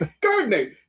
Gardening